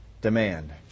demand